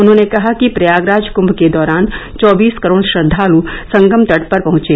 उन्होंने कहा कि प्रयागराज कुंभ के दौरान चौबीस करोड़ श्रद्वालू संगम तट पर पहुंचे